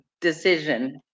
decision